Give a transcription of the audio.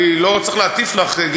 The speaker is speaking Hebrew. אני לא צריך להטיף לך,